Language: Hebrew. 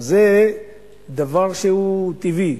וזה דבר שהוא טבעי,